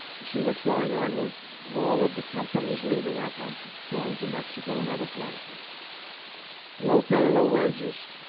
you see what's going on with all of the companies leaving our country, going to mexico and other places low-pay, low-wages.